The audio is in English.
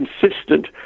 consistent